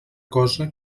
cosa